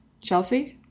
Chelsea